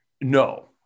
No